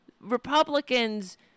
Republicans